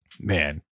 Man